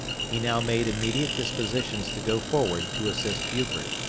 he now made immediate dispositions to go forward to assist buford.